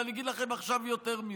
אבל אני אגיד לכם עכשיו יותר מזה: